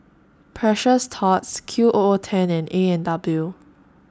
Precious Thots Q O O ten and A N W